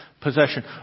possession